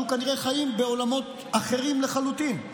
אנחנו כנראה חיים בעולמות אחרים לחלוטין.